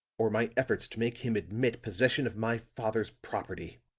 or my efforts to make him admit possession of my father's property.